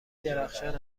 درخشان